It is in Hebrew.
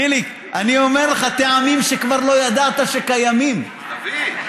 אני אומר לך, טעמים שכבר לא ידעת שקיימים, תביא.